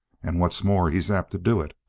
and what's more, he's apt to do it.